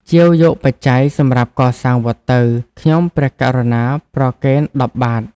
ជាវយកបច្ច័យសម្រាប់កសាងវត្តទៅ ខ្ញុំព្រះករុណាប្រគេន ១០ បាទ"។